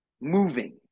moving